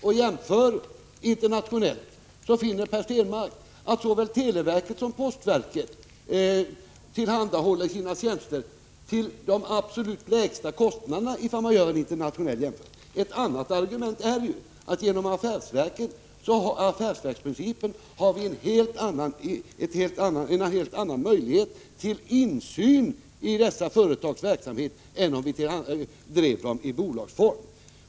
Gör en internationell jämförelse, så finner Per Stenmarck att såväl televerket som postverket tillhandahåller sina tjänster till absolut lägsta kostnad. Ett annat argument är att genom affärsverksprincipen har vi en helt annan möjlighet till insyn i dessa företags verksamhet än om vi drev dem i bolagsform.